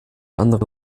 andere